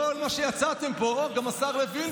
כל מה שיצאתם פה, חבר הכנסת טור פז,